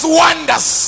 wonders